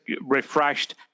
refreshed